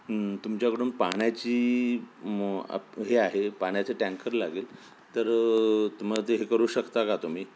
तुमच्याकडून पाण्याची मग् आप हे आहे पाण्याचे टँकर लागेल तर तुम्हाला ते हे करू शकता का तुम्ही